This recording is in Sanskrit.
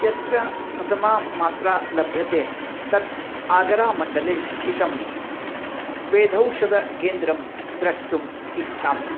यत्र प्रथमा मात्रा लभ्यते तत् आगरा मण्डले स्थितं वेदौषध केन्द्रं द्रष्टुम् इच्छामि